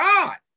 God